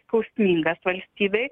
skausmingas valstybei